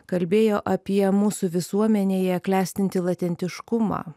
kalbėjo apie mūsų visuomenėje klestintį latentiškumą